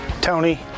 tony